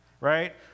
right